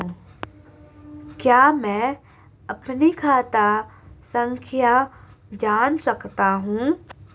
क्या मैं अपनी खाता संख्या जान सकता हूँ?